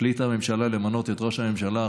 החליטה הממשלה למנות את ראש הממשלה,